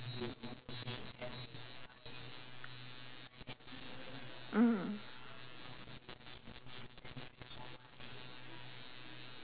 mm